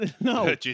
no